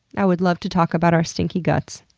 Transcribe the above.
i would love to talk about our stinky guts.